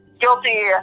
guilty